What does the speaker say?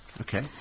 Okay